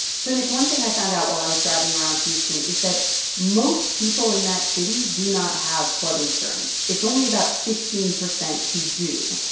so, nick, one thing i found out while i was driving around houston is that most people in that city do not have flood insurance. it's only about fifteen percent who do.